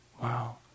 Wow